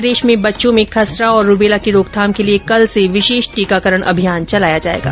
प्रदेश में बच्चों में खसरा और रूबेला की रोकथाम के लिए कल से विशेष टीकाकरण अभियान चलाया जाएगा